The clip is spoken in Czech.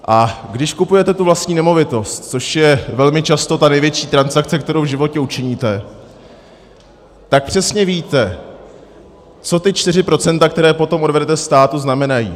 A když kupujete tu vlastní nemovitost, což je velmi často ta největší transakce, kterou v životě učiníte, tak přesně víte, co ta 4 %, která potom odvedete státu, znamenají.